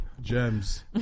Gems